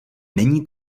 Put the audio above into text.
není